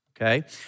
Okay